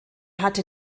hatte